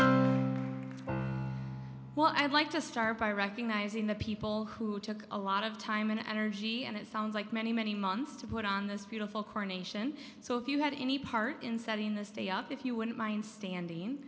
what i'd like to start by recognizing the people who took a lot of time and energy and it sounds like many many months to put on this beautiful carnation so if you had any part in setting the stay up if you wouldn't mind standing